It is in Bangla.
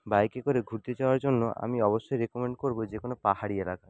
বাইকে করে ঘুরতে যাওয়ার জন্য আমি অবশ্যই রেকমেন্ড যে কোনো পাহাড়ি এলাকায়